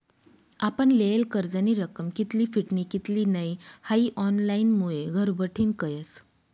आपण लेयेल कर्जनी रक्कम कित्ली फिटनी कित्ली नै हाई ऑनलाईनमुये घरबठीन कयस